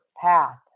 path